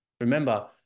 remember